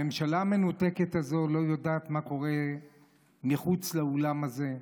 הממשלה המנותקת הזאת לא יודעת מה קורה מחוץ לאולם הזה.